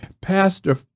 Pastor